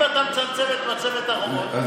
אם אתה מצמצם את מצבת החובות,